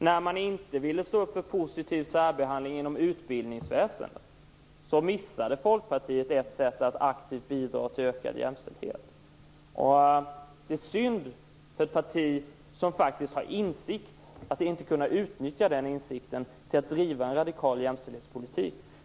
När Folkpartiet inte ville stå upp för en positiv särbehandling inom utbildningsväsendet, missade man ett sätt att aktivt bidra till ökad jämställdhet. Det är synd att ett parti som faktiskt har insikt inte kan utnyttja insikten till att driva en radikal jämställdhetspolitik.